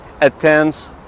attends